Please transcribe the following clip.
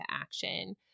action